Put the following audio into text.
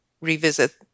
revisit